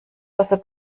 außer